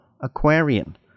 Aquarian